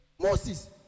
Moses